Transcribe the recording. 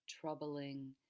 troubling